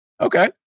Okay